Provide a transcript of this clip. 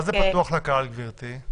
מה זה פתוח לקהל, גברתי?